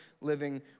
living